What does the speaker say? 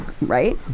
Right